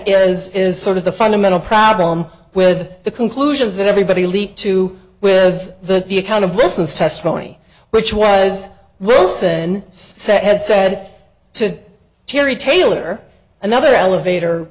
is sort of the fundamental problem with the conclusions that everybody leapt to with the the account of britain's testimony which was wilson said had said to terry taylor another elevator